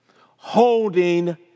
holding